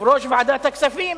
יושב-ראש ועדת הכספים,